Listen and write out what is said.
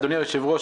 אדוני היושב-ראש,